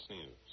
News